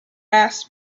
mass